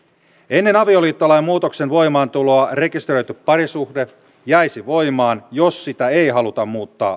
ennen avioliittolain muutoksen voimaantuloa rekisteröity parisuhde jäisi voimaan jos sitä ei haluta muuttaa